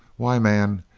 why, man,